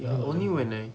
ya only when I